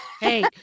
hey